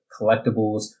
collectibles